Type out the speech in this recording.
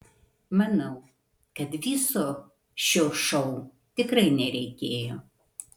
manau kad viso šio šou tikrai nereikėjo